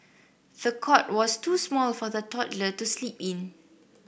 the cot was too small for the toddler to sleep in